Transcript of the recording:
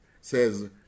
says